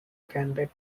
candidate